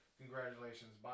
congratulations